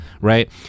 right